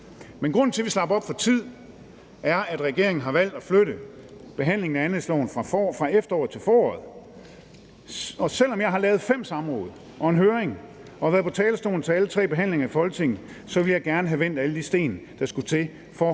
Men grunden til, at vi slap op for tid, er, at regeringen har valgt at flytte behandlingen af anlægsloven fra efteråret til foråret. Og selv om jeg har lavet fem samråd og en høring og været på talerstolen til alle tre behandlinger i Folketinget, ville jeg gerne have vendt alle de sten, der skulle til for